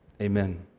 Amen